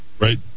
right